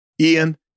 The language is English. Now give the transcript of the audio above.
Ian